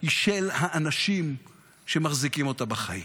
היא של האנשים שמחזיקים אותה בחיים.